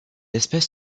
espèce